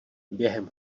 během